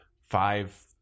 five